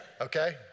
Okay